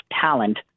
talent